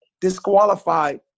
disqualified